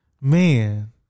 Man